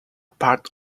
part